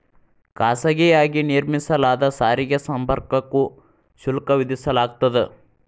ಖಾಸಗಿಯಾಗಿ ನಿರ್ಮಿಸಲಾದ ಸಾರಿಗೆ ಸಂಪರ್ಕಕ್ಕೂ ಶುಲ್ಕ ವಿಧಿಸಲಾಗ್ತದ